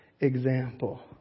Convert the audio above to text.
example